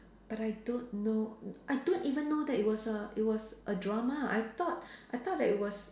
but I don't know I don't even know that it was a it was a drama I thought I thought that it was